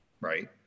right